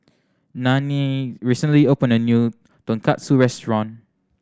Nannie recently opened a new Tonkatsu Restaurant